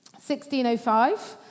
1605